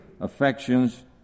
affections